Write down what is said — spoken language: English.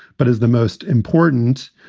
but is the most important.